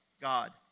God